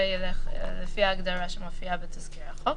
ילך לפי ההגדרה שמופיעה בתזכיר החוק.